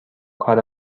کار